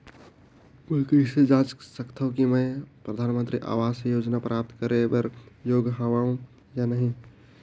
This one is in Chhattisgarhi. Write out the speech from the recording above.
मैं कइसे जांच सकथव कि मैं परधानमंतरी आवास योजना प्राप्त करे बर योग्य हववं या नहीं?